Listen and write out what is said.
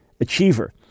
achiever